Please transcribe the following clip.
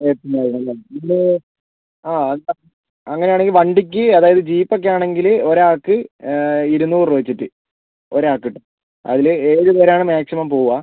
എട്ടിന് വരും അല്ലേ ബിൽ ആ അത് അങ്ങനെ ആണെങ്കിൽ വണ്ടിക്ക് അതായത് ജീപ്പ് ഒക്കെ ആണെങ്കിൽ ഒരാൾക്ക് ഇരുനൂറ് രൂപ വെച്ചിട്ട് ഒരാൾക്കിട്ട് അതിൽ ഏഴ് പേരാണ് മാക്സിമം പോവുക